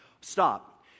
Stop